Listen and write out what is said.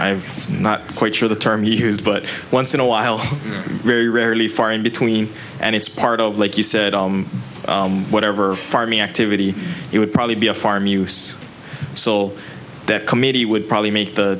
have not quite sure the term used but once in awhile very rarely far in between and it's part of like you said whatever farming activity it would probably be a farm use so that committee would probably make the